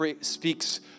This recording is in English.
speaks